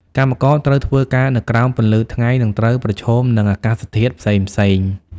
កម្មករត្រូវធ្វើការនៅក្រោមពន្លឺថ្ងៃ និងត្រូវប្រឈមនឹងអាកាសធាតុផ្សេងៗ។